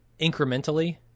incrementally